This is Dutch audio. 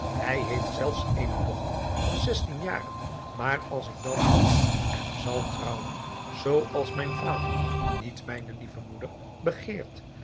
hij heest zelfs eene dochter van zestien jaren maar als ik dan moet en zal trouwen zoo als mijn vader niet mijne lieve moeder begeert